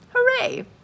Hooray